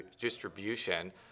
distribution